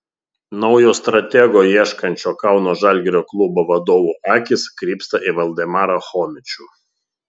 naujo stratego ieškančio kauno žalgirio klubo vadovų akys krypsta į valdemarą chomičių